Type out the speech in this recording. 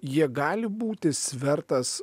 jie gali būti svertas